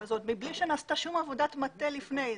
וזה עוד מבלי שנעשתה שום עבודת מטה לפני כן.